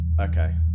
Okay